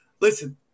listen